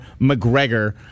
McGregor